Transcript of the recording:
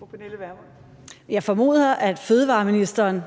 Kl. 15:17 Fjerde næstformand